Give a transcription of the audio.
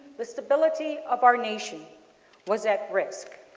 the stability of our nation was at risk.